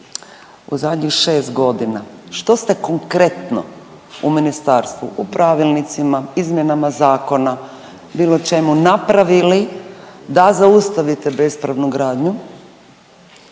u zadnjih 6 godina što ste konkretno u ministarstvu u pravilnicima, izmjenama zakona bilo čemu napravili da zaustavite bespravnu gradnju?